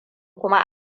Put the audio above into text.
kuma